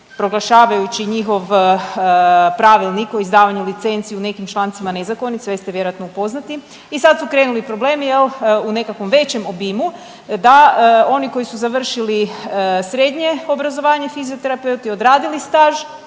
proglašavajući njihov Pravilnik o izdavanju licenci u nekim člancima nezakonit, sve ste vjerojatno upoznati i sad su krenuli problemi jel u nekakvom većem obimu da oni koji su završili srednje obrazovanje fizioterapeuti, odradili staž,